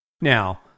Now